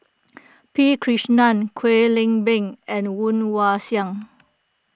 P Krishnan Kwek Leng Beng and Woon Wah Siang